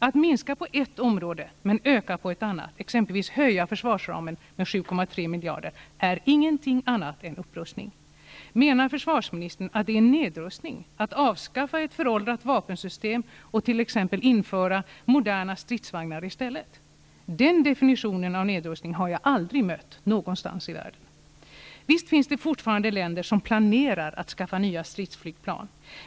Att minska på ett område men öka på ett annat, exempelvis höja försvarsramen med 7,3 miljarder, är ingenting annat än upprustning. Menar försvarsministern att det är nedrustning att avskaffa ett föråldrat vapensystem och t.ex. införa moderna stridsvagnar i stället? Den definitionen av nedrustning har jag aldrig mött någonstans i världen. Visst finns det fortfarande länder som planerar att skaffa nya stridsflygplan.